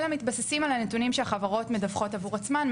אלא מתבססים על הנתונים שהחברות מדווחות עבור עצמן,